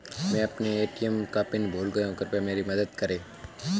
मैं अपना ए.टी.एम का पिन भूल गया हूं, कृपया मेरी मदद करें